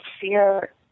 fear